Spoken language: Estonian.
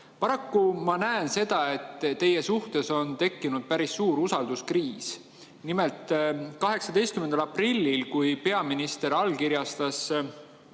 ma näen seda, et teie suhtes on tekkinud päris suur usalduskriis. Nimelt 18. aprillil, kui peaminister allkirjastas